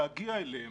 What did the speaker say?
להגיע אליהם,